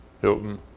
Hilton